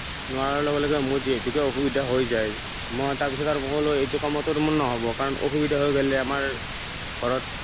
নোৱাৰাৰ লগে লগে মোৰ যিহেতুকে অসুবিধা হৈ যায় মই তাৰ পিছত আৰু মোৰ লৈ এইটো কামটো মোৰ নহ'ব কাৰণ অসুবিধা হৈ গ'লে আমাৰ ঘৰত